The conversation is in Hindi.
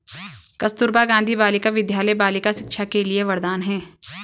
कस्तूरबा गांधी बालिका विद्यालय बालिका शिक्षा के लिए वरदान है